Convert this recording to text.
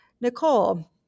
Nicole